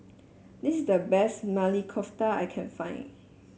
this is the best Maili Kofta I can find